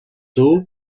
tôt